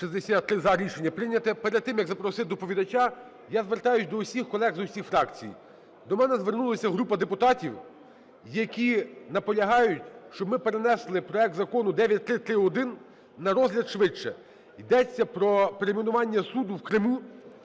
За-63 Рішення не прийнято. Перед тим, як запросити доповідача, я звертаюсь до усіх колег з усіх фракцій. До мене звернулася група депутатів, які наполягають, щоб ми перенесли проект Закону 9331 на розгляд швидше. Йдеться про перейменування суду в Криму.